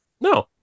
No